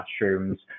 mushrooms